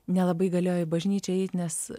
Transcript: nelabai galėjo į bažnyčią eit nes